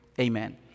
amen